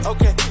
Okay